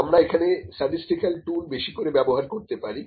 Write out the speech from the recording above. আমরা এখানে statistical tool বেশি করে ব্যবহার করতে পারি